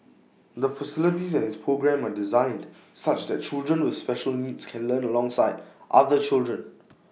the facility and its programme are designed such that children with special needs can learn alongside other children